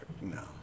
No